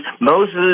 Moses